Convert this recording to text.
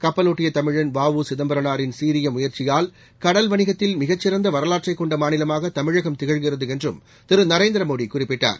கப்பலோட்டிய தமிழன் வ உ சிதம்பரனாரின் சீறிய முயற்சியால் கடல் வணிகத்தில் மிகச்சிறந்த வரலாற்றை கொண்ட மாநிலமாக தமிழகம் திகழ்கிறது என்றும் திரு நரேந்திர மோடி குறிப்பிட்டார்